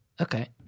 Okay